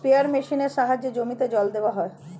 sprayer মেশিনের সাহায্যে জমিতে জল দেওয়া হয়